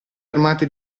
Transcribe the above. armate